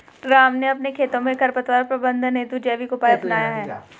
राम ने अपने खेतों में खरपतवार प्रबंधन हेतु जैविक उपाय अपनाया है